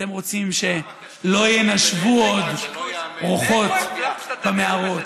אתם רוצים שלא ינשבו עוד רוחות במערות.